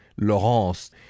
Laurence